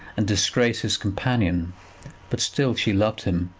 and disgrace his companion but still she loved him,